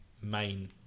main